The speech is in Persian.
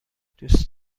دوست